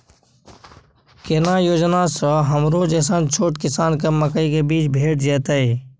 केना योजना स हमरो जैसन छोट किसान के मकई के बीज भेट जेतै?